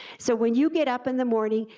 so when you get up in the morning,